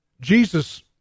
Jesus